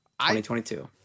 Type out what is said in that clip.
2022